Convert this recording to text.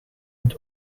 het